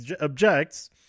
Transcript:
objects